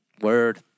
Word